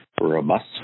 robust